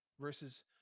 versus